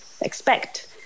expect